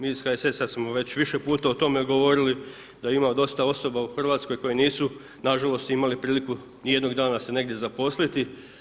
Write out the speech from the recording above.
Mi iz HSS-a smo već više puta o tome govorili da ima dosta osoba u Hrvatskoj koje nisu na žalost imale priliku ni jednog dana se negdje zaposliti.